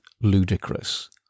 ludicrous